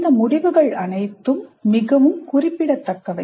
இந்த முடிவுகள் அனைத்தும் மிகவும் குறிப்பிடத்தக்கவை